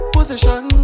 Position